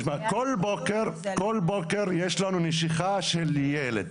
תשמע, כל בוקר יש לנו נשיכה של ילד.